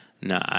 no